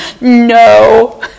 no